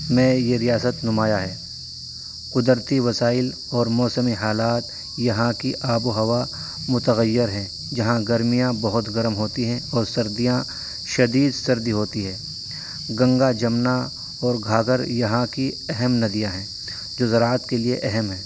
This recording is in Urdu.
میں یہ ریاست نمایاں ہے قدرتی وسائل اور موسمی حالات یہاں کی آب و ہوا متغیر ہے جہاں گرمیاں بہت گرم ہوتی ہیں اور سردیاں شدید سردی ہوتی ہے گنگا جمنا اور گھاگھرا یہاں کی اہم ندیاں ہیں جو زراعت کے لیے اہم ہیں